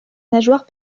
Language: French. nageoires